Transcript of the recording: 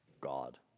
God